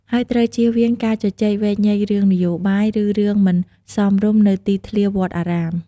ហើយត្រូវជៀសវាងការជជែកវែកញែករឿងនយោបាយ ឬរឿងមិនសមរម្យនៅទីធ្លាវត្តអារាម។